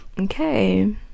okay